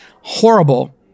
horrible